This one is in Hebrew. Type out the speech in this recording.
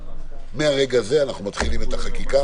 מרגע זה אנחנו מתחילים את החקיקה.